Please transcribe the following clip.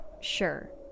sure